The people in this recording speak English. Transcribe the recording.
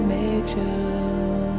nature